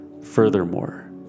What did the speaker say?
Furthermore